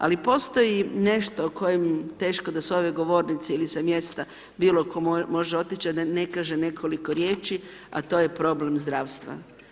Ali postoji nešto, o kojem teško da s ove govornice ili sa mjesta bilo tko može otići, a da ne kaže nekoliko riječi, a to je problem zdravstva.